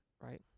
right